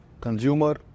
consumer